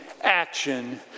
action